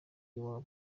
y’iwabo